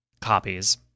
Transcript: copies